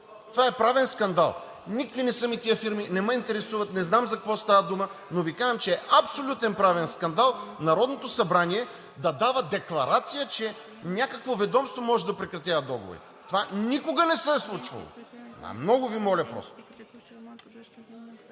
Това е правен скандал. Никакви не са ми тези фирми, не ме интересуват, не знам за какво става дума, но Ви казвам, че е абсолютен правен скандал Народното събрание да дава декларация, че някакво ведомство може да прекратява договори. Това никога не се е случвало. Просто